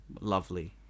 lovely